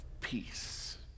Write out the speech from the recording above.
Peace